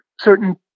certain